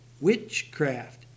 witchcraft